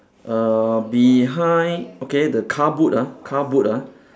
err behind okay the car boot ah car boot ah